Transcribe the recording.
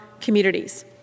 communities